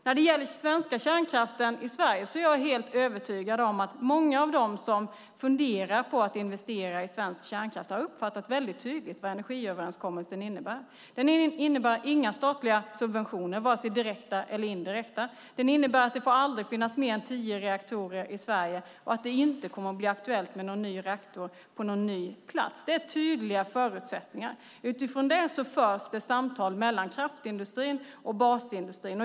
När det gäller kärnkraften i Sverige är jag övertygad om att många av dem som funderar på att investera i svensk kärnkraft tydligt har uppfattat vad energiöverenskommelsen innebär. Den innebär inga statliga subventioner, vare sig direkta eller indirekta. Den innebär att det aldrig får finnas mer än tio reaktorer i Sverige och att det inte kommer att bli aktuellt med någon ny reaktor på någon ny plats. Det är tydliga förutsättningar. Utifrån det förs det samtal mellan kraftindustrin och basindustrin.